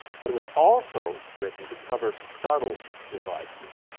but it was also written to cover subtle devices.